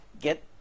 get